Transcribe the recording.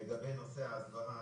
לגבי נושא ההסברה,